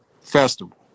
festival